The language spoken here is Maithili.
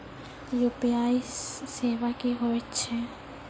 यु.पी.आई सेवा की होय छै?